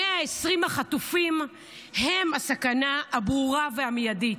120 החטופים הם בסכנה ברורה ומיידית.